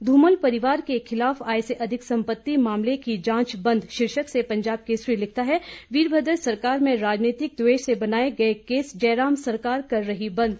धूमल परिवार के खिलाफ आय से अधिक संम्पति मामले की जांच बंद शीर्षक से पंजाब केसरी लिखता है वीरभद्र सरकार में राजनीतिक द्वेष से बनाए केस जयराम सरकार कर रही बंद